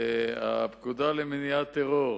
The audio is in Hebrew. הפקודה למניעת טרור,